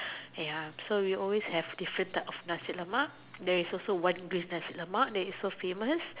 ya so we always have different type of Nasi-Lemak theres is also one business Nasi-Lemak that is so famous